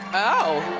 oh.